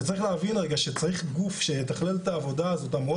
וצריך להבין רגע שצריך גוף שיתכלל את העבודה הזאת המאוד